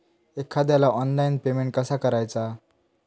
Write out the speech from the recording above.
एखाद्याला online payment कसा करायचा?